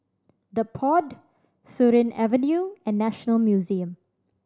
The Pod Surin Avenue and National Museum